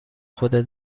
خودت